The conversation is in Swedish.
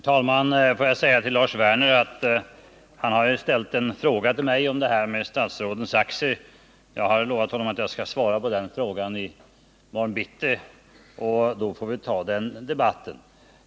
Herr talman! Lars Werner har ställt en fråga till mig angående statsrådens aktier. Jag har lovat honom att jag skall svara på den frågan i morgon bitti, och då får vi ta den debatten.